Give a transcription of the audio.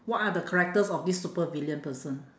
what are the characters of this supervillain person